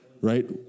right